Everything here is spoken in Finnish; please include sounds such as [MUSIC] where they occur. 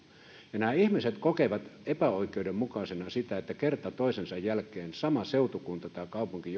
ja nämä ihmiset kokevat epäoikeudenmukaisena että kerta toisensa jälkeen sama seutukunta tai kaupunki [UNINTELLIGIBLE]